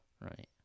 Right